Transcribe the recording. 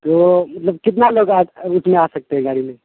تو مطلب کتنا لوگ اس میں آ سکتے ہیں گاڑی میں